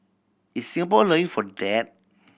is Singapore allowing for that